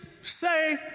say